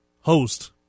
host